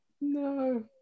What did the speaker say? No